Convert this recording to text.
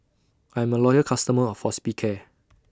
I'm A Loyal customer of Hospicare